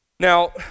Now